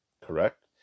correct